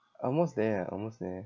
almost there ah almost there